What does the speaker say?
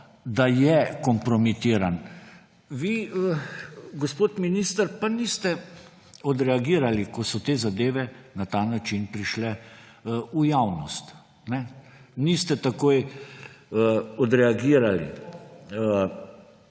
da je kompromitiran. Vi, gospod minister, pa niste odreagirali, ko so te zadeve na ta način prišle v javnost. Niste takoj odreagirali.